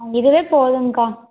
இதுவே போதுங்கக்கா